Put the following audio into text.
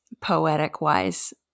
poetic-wise